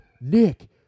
Nick